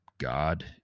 God